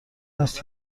است